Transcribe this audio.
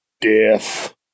Death